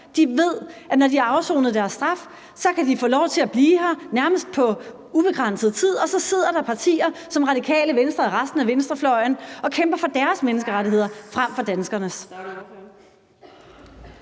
De ved, at når de har afsonet deres straf, kan de få lov til at blive her i nærmest ubegrænset tid, og så sidder der partier som Radikale Venstre og resten af venstrefløjen og kæmper for deres menneskerettigheder frem for danskernes.